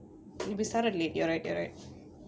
we started late you're right you're right